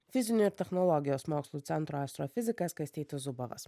fizinių ir technologijos mokslų centro astrofizikas kastytis zubovas